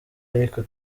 ariko